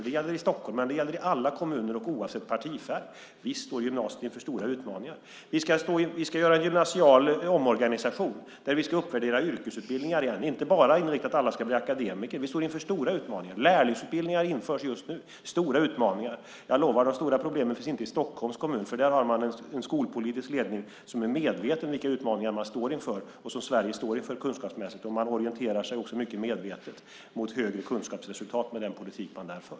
Det gäller i Stockholm. Det gäller i alla kommuner och oavsett partifärg. Visst står gymnasiet inför stora utmaningar. Vi ska göra en gymnasial omorganisation, där vi ska uppvärdera yrkesutbildningar igen och inte bara vara inriktade på att alla ska bli akademiker. Lärlingsutbildningar införs just nu. Vi står inför stora utmaningar. Jag lovar att de stora problemen inte finns i Stockholms kommun. Där har man en skolpolitisk ledning som är medveten om vilka utmaningar Sverige står inför kunskapsmässigt och man orienterar sig mycket medvetet mot högre kunskapsresultat med den politik man för.